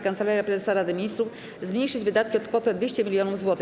Kancelaria Prezesa Rady Ministrów zmniejszyć wydatki o kwotę 200 mln zł.